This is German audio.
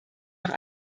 noch